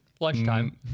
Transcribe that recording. Lunchtime